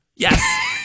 Yes